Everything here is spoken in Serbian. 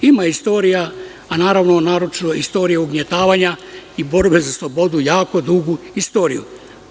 Ima istorija, a naročito istorija ugnjetavanja i borbe za slobodu, jako dugu istoriju.